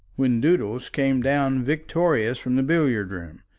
when doodles came down victorious from the billiard-room.